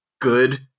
good